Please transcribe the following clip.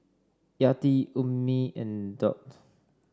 Yati Ummi and Daud